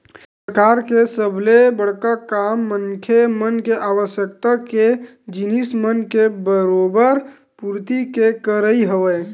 सरकार के सबले बड़का काम मनखे मन के आवश्यकता के जिनिस मन के बरोबर पूरति के करई हवय